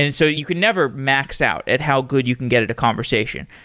and so you can never max out at how good you can get at a conversation.